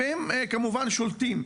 והם כמובן שולטים,